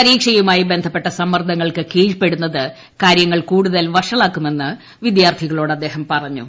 പരീക്ഷയുമായി ബന്ധപ്പെട്ട സമ്മർദ്ദങ്ങൾക്ക് കീഴ്പ്പെടുന്നത് കാര്യങ്ങൾ കൂടുതൽ വഷളാക്കുമെന്ന് വിദ്യാർത്ഥികളോട് അദ്ദേഹം പറഞ്ഞു